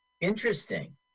Interesting